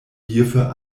hierfür